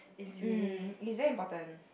mm is very important